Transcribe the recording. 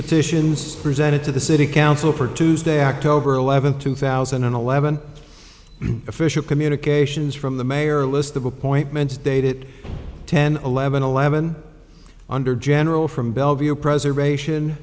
petitions presented to the city council for tuesday october eleventh two thousand and eleven official communications from the mayor list of appointments dated ten eleven eleven under general from bellevue preservation